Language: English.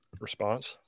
response